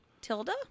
Tilda